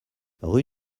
rue